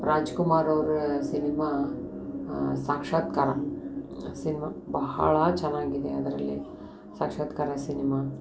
ರಾಜ್ಕುಮಾರ್ ಅವರ cinema Sakshatkara cinema ಬಹಳ ಚೆನ್ನಾಗಿದೆ ಅದರಲ್ಲಿ ಸಾಕ್ಷಾತ್ಕಾರ ಸಿನಿಮಾ